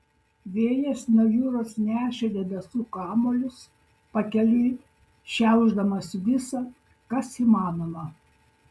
vėjas nuo jūros nešė debesų kamuolius pakeliui šiaušdamas visa kas įmanoma